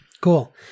Cool